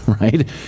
right